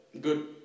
good